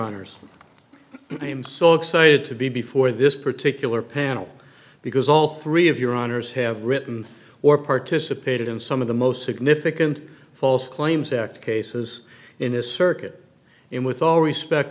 am so excited to be before this particular panel because all three of your honors have written or participated in some of the most significant false claims act cases in this circuit and with all respect